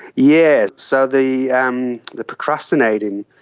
yeah so the um the procrastinating,